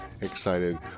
excited